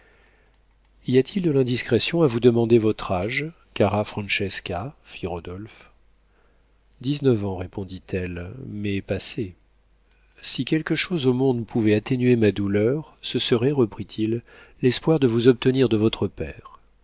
y a-t-il de l'indiscrétion à vous demander votre âge cara francesca fit rodolphe dix-neuf ans répondit-elle mais passés si quelque chose au monde pouvait atténuer ma douleur ce serait reprit-il l'espoir de vous obtenir de votre père